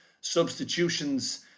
substitutions